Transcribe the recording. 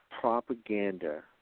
propaganda